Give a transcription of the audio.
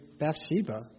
Bathsheba